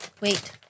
Wait